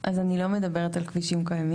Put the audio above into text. אז אני לא מדברת על כבישים קיימים,